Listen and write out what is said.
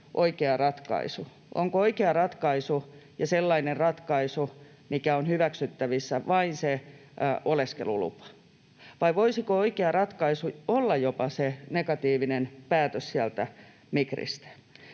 oikea ratkaisu. Onko oikea ratkaisu ja sellainen ratkaisu, mikä on hyväksyttävissä, vain se oleskelulupa? Vai voisiko oikea ratkaisu olla jopa se negatiivinen päätös sieltä Migristä?